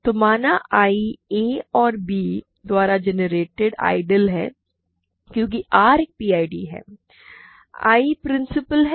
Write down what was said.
तो माना I a और b द्वारा जनरेटेड आइडियल है क्योंकि R एक पीआईडी है I प्रिंसिपल है